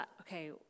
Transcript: okay